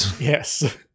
Yes